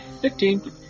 Fifteen